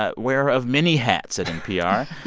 ah wearer of many hats at npr,